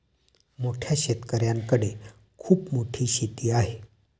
मोठ्या शेतकऱ्यांकडे खूप मोठी शेती आहे